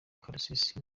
karusisi